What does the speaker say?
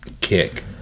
kick